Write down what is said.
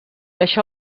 això